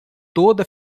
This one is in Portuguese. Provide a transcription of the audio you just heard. toda